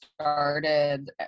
started